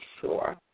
sure